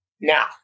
now